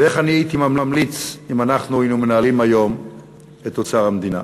ומה אני הייתי ממליץ אם אנחנו היינו מנהלים היום את אוצר המדינה.